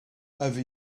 over